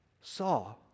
saw